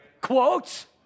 quotes